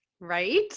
right